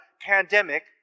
pandemic